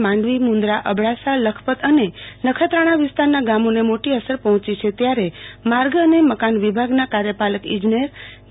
માંડવી મુન્દ્રા અબડાસા લખપત અને નખત્રાણા વિસ્તારોના ગામોને મોટી અસર પહોંચી છે ત્યારે માર્ગ અને મકાન વિભાગના કાર્યપાલક ઈજનેર જે